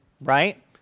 right